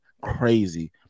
crazy